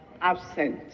absent